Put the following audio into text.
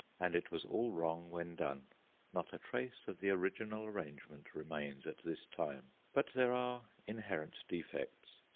and it was all wrong when done not a trace of the original arrangement remains at this time, but there are inherent defects.